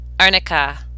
Arnica